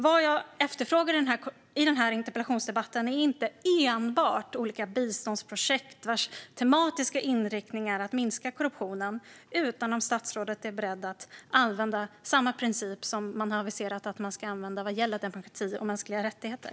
Vad jag efterfrågar i denna interpellationsdebatt är inte enbart olika biståndsprojekt vars tematiska inriktning är att minska korruptionen, utan jag undrar också om statsrådet är beredd att använda samma princip som man har aviserat att man ska använda för demokrati och mänskliga rättigheter.